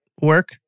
work